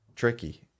Tricky